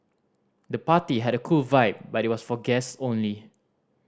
the party had a cool vibe but was for guests only